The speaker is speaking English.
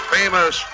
famous